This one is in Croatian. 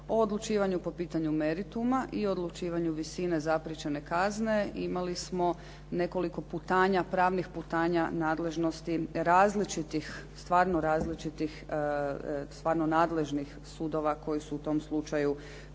od odlučivanju po pitanju merituma i odlučivanju visine zapriječene kazne imali smo nekoliko putanja, pravnih putanja nadležnosti različitih, stvarno različitih, stvarno nadležnih sudova koji su u tom slučaju